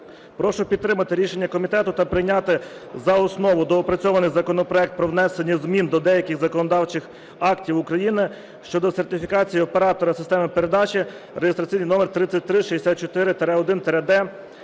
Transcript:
Прошу підтримати рішення комітету та прийняти за основу доопрацьований законопроект про внесення змін до деяких законодавчих актів України щодо сертифікації оператора системи передачі (реєстраційний номер 3364-1-д